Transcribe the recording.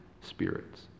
spirits